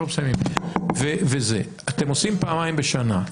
אתם עושים פעמיים בשנה.